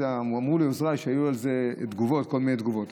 אמרו לי עוזריי שהיו על זה כל מיני תגובות.